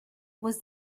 was